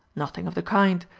nothing of the kind.